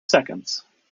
seconds